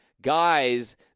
guys